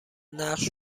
نقش